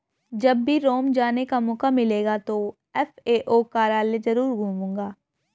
जब भी रोम जाने का मौका मिलेगा तो एफ.ए.ओ कार्यालय जरूर घूमूंगा